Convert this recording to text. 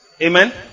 Amen